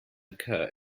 occur